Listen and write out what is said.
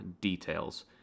details